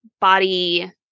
body